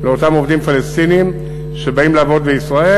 לאותם עובדים פלסטינים שבאים לעבוד בישראל